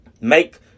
make